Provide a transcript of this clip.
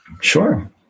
Sure